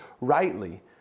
rightly